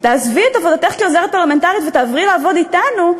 תעזבי את עבודתך כעוזרת פרלמנטרית ותעברי לעבוד אתנו,